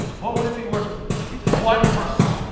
what would it be worth for you? one person.